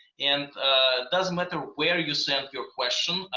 and doesn't matter where you send your question.